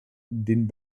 den